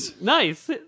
Nice